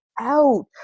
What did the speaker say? out